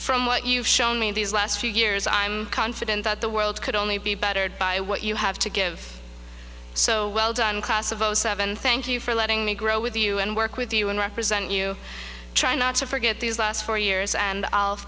from what you've shown me in these last few years i'm confident that the world could only be bettered by what you have to give so well done class of zero seven thank you for letting me grow with you and work with you and represent you try not to forget these last four years and